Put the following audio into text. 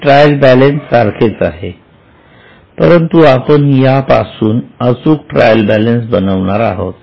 हे trial balance सारखेच आहे परंतु आपण यापासून अचूक ट्रायल बॅलन्स बनविणार आहोत